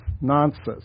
nonsense